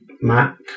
Mac